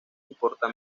importa